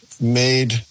made